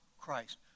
Christ